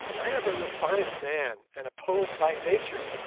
i am a refined man and a poet by nature,